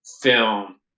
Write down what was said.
film